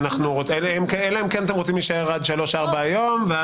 אלא אם כן אתם רוצים להישאר עד 16:00-15:00 היום.